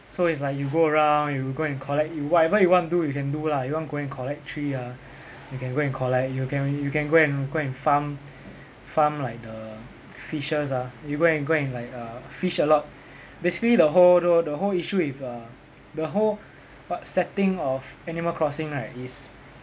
so it's like you go around you go and collect you whatever you want to do you can do lah you want go and collect tree ah you can go and collect you can you can go and go and farm farm like the fishes ah you go and go and like Err fish a lot basically the whole the the whole issue with err the whole setting of animal crossing right is